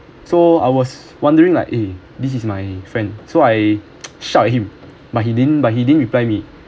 so I was wondering like eh this is my friend so I shout him but he didn't but he didn't reply me